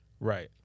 Right